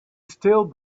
still